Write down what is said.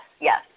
yes